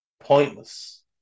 pointless